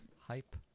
Hype